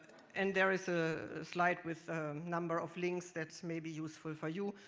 and there is a slide with a number of links that may be useful for you.